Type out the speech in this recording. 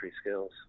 skills